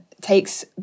takes